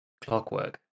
clockwork